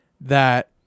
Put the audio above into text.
that-